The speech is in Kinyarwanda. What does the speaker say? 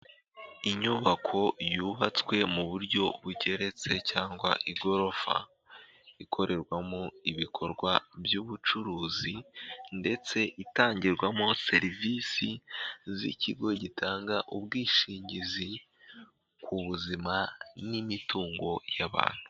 Inyubako yubatswe mu buryo bugeretse cyangwa igorofa, ikorerwamo ibikorwa by'ubucuruzi ndetse itangirwamo serivisi z'ikigo gitanga ubwishingizi ku buzima n'imitungo y'abantu.